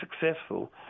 successful